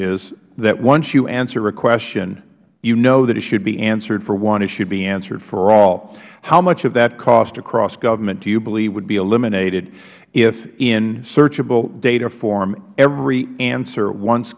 is that once you answer a question you now it should be answered for one it should be answered for all how much of that cost across government do you believe would be eliminated if in searchable data form every answer once